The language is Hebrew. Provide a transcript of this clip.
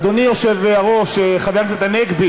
אדוני היושב-ראש, חבר הכנסת הנגבי,